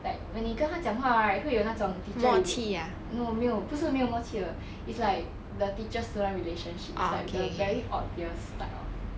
like when 你跟他讲话 right 会有那种 teacher rela~ no 没有不是没有默契的 it's like the teacher student relationship like it's the very obvious type of